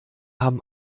haben